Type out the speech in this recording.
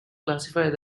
classified